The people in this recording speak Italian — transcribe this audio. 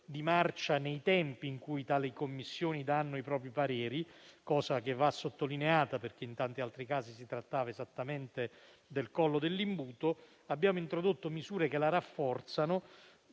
di marcia nei tempi in cui tali Commissioni danno i propri pareri; cosa che va sottolineata perché in tanti altri casi si trattava esattamente del collo dell'imbuto. Abbiamo introdotto misure che la rafforzano.